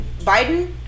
Biden